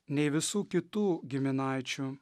nei visų kitų giminaičių